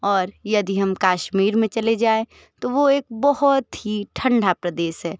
और यदि हम कश्मीर में चले जाएँ तो वो एक बहुत ही ठंडा प्रदेश है